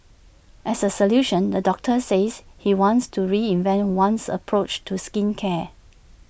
as A solution the doctor says he wants to reinvent one's approach to skincare